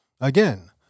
Again